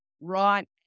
right